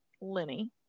Lenny